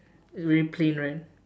very plain one